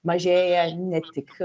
mažėja ne tik